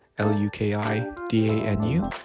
L-U-K-I-D-A-N-U